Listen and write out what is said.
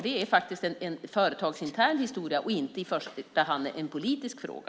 Det är faktiskt en företagsintern historia och inte i första hand en politisk fråga.